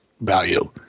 value